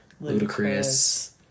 Ludacris